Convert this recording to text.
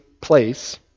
place